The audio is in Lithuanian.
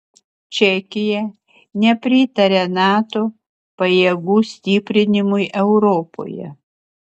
čekija nepritaria nato pajėgų stiprinimui europoje